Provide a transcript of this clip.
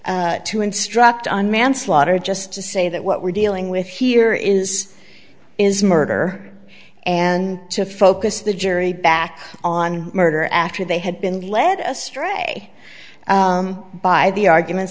to instruct on manslaughter just to say that what we're dealing with here is is murder and to focus the jury back on murder after they had been led astray by the arguments